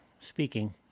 speaking